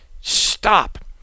Stop